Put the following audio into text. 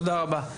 תודה רבה.